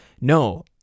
No